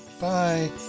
Bye